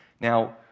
Now